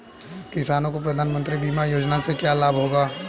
किसानों को प्रधानमंत्री बीमा योजना से क्या लाभ होगा?